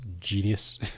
genius